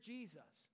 Jesus